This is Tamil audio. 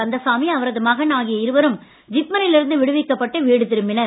கந்தசாமி அவரது மகன் ஆகிய இருவரும் ஜிப்ம ரில் இருந்து விடுவிக்கப்பட்டு வீடு திரும்பினர்